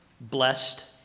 blessed